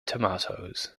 tomatoes